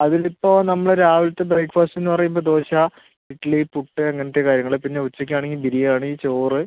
അതിൽ ഇപ്പോൾ നമ്മൾ രാവിലത്തെ ബ്രേക്ക്ഫാസ്റ്റ് എന്ന് പറയുമ്പം ദോശ ഇഡ്ഡലി പുട്ട് അങ്ങനത്തെ കാര്യങ്ങൾ പിന്നെ ഉച്ചയ്ക്ക് ആണെങ്കിൽ ബിരിയാണി ചോറ്